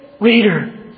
reader